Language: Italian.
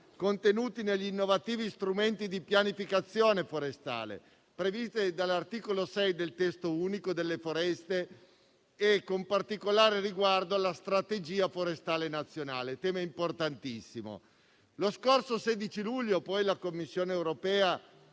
contenute negli innovativi strumenti di pianificazione forestale previsti dall'articolo 6 del testo unico delle foreste, con particolare riguardo alla strategia forestale nazionale, tema importantissimo. Lo scorso 16 luglio la Commissione europea